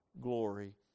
glory